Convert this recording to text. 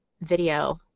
video